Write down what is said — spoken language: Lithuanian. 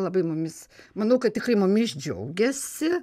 labai mumis manau kad tikrai mumis džiaugiasi